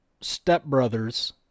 stepbrothers